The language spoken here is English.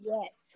Yes